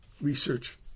research